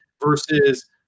versus